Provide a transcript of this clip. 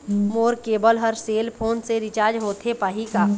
मोर cable हर cell phone से recharge होथे पाही का?